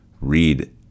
read